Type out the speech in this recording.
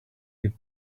could